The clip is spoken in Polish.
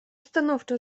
stanowczo